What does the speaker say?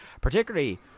particularly